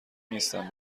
نیستن